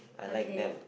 okay